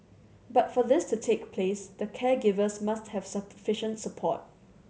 but for this to take place the caregivers must have sufficient support